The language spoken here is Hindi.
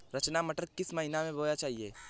रचना मटर किस महीना में बोना चाहिए?